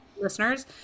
Listeners